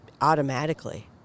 automatically